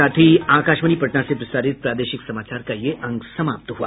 इसके साथ ही आकाशवाणी पटना से प्रसारित प्रादेशिक समाचार का ये अंक समाप्त हुआ